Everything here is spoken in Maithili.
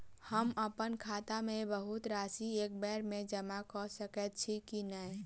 हम अप्पन खाता मे बहुत राशि एकबेर मे जमा कऽ सकैत छी की नै?